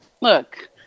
Look